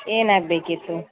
ಏನಾಗಬೇಕಿತ್ತು